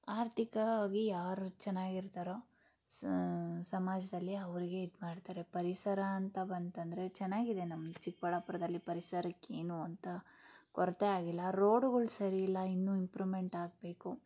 ಆರ್ಥಿಕವಾಗಿ ಯಾರು ಚೆನ್ನಾಗಿರ್ತಾರೋ ಸನ್ ಸಮಾಜದಲ್ಲಿ ಅವರಿಗೆ ಇದು ಮಾಡ್ತಾರೆ ಪರಿಸರ ಅಂತ ಬಂತಂದರೆ ಚೆನ್ನಾಗಿದೆ ನಮ್ಮ ಚಿಕ್ಕಬಳ್ಳಾಪುರದಲ್ಲಿ ಪರಿಸರಕ್ಕೇನೂ ಅಂತ ಕೊರತೆಯಾಗಿಲ್ಲ ರೋಡುಗಳು ಸರಿ ಇಲ್ಲ ಇನ್ನೂ ಇಂಪ್ರೂಮೆಂಟ್ ಆಗಬೇಕು